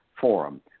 forum